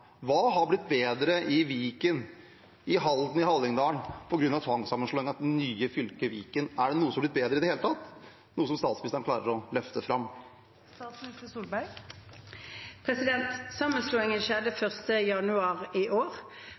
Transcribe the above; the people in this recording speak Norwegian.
Hva har blitt bedre i Viken, i Halden, i Hallingdal på grunn av tvangssammenslåingen til det nye fylket Viken? Er det noe som har blitt bedre i det hele tatt, noe statsministeren klarer å løfte fram? Sammenslåingen skjedde 1. januar i år,